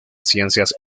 ciencias